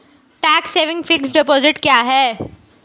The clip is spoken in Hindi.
टैक्स सेविंग फिक्स्ड डिपॉजिट क्या है?